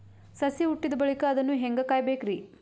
ಸಸಿ ಹುಟ್ಟಿದ ಬಳಿಕ ಅದನ್ನು ಹೇಂಗ ಕಾಯಬೇಕಿರಿ?